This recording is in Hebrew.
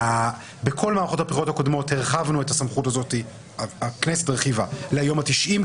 בכל מערכות הבחירות הקודמות הרחיבה הכנסת את הסמכות הזאת ליום ה-90,